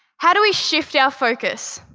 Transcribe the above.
how do we shift our focus?